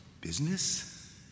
business